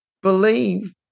Believe